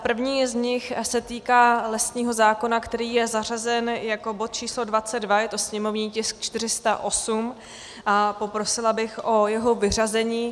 První z nich se týká lesního zákona, který je zařazen jako bod číslo 22, je to sněmovní tisk 408, a poprosila bych o jeho vyřazení.